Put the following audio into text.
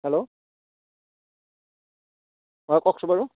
hello অঁ কওকচোন বাৰু